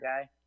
guy